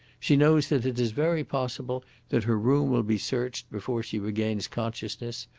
she knows that it is very possible that her room will be searched before she regains consciousness,